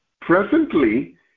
presently